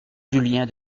julien